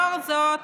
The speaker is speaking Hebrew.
לאור זאת,